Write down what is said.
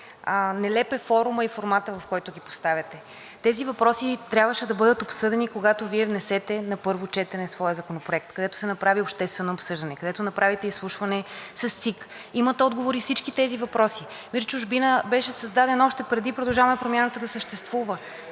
Нелеп е форумът и форматът, в който ги поставяте. Тези въпроси трябваше да бъдат обсъдени, когато Вие внесете на първо четене своя законопроект, където се направи обществено обсъждане, където направите изслушване с ЦИК. Имат отговори всички тези въпроси. МИР „Чужбина“ беше създаден още преди „Продължаваме Промяната“ да съществува.